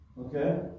Okay